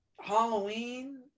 Halloween